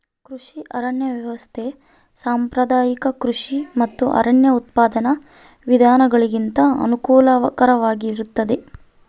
ಕೃಷಿ ಅರಣ್ಯ ವ್ಯವಸ್ಥೆ ಸಾಂಪ್ರದಾಯಿಕ ಕೃಷಿ ಮತ್ತು ಅರಣ್ಯ ಉತ್ಪಾದನಾ ವಿಧಾನಗುಳಿಗಿಂತ ಅನುಕೂಲಕರವಾಗಿರುತ್ತದ